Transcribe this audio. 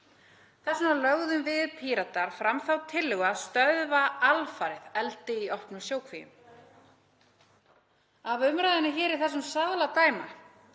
Þess vegna lögðum við Píratar fram þá tillögu að stöðva alfarið eldi í opnum sjókvíum. Af umræðunni hér í þessum sal að dæma